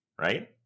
right